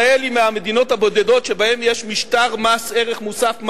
ישראל היא מהמדינות הבודדות שבהן יש משטר מס ערך מוסף,